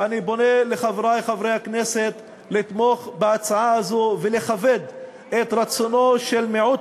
ואני פונה לחברי חברי הכנסת לתמוך בהצעה הזו ולכבד את רצונו של מיעוט